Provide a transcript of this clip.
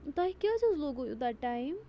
تۄہہِ کیٛازِ حظ لوگوٗ ایوٗتاہ ٹایِم